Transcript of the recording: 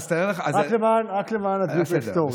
אמר, אז תאר לך, רק למען הדיוק ההיסטורי.